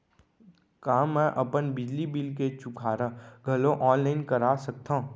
का मैं अपन बिजली बिल के चुकारा घलो ऑनलाइन करा सकथव?